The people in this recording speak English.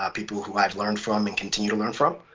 ah people who i've learned from and continue to learn from.